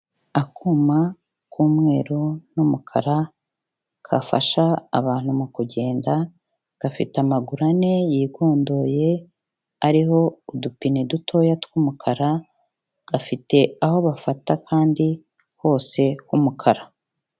Akuma k'umweru n'umukara, gafasha abantu mu kugenda, gafite amaguru ane yigondoye, ariho udupine dutoya tw'umukara, gafite aho bafata kandi hose h'umukara.